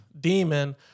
Demon